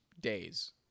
days